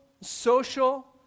social